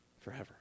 forever